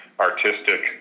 artistic